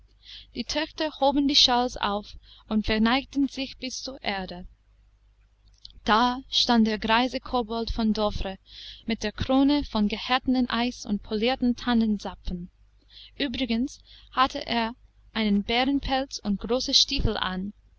die töchter hoben die shawls auf und verneigten sich bis zur erde da stand der greise kobold von dovre mit der krone von gehärteten eis und polierten tannenzapfen übrigens hatte er einen bärenpelz und große stiefel an